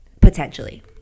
potentially